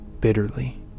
bitterly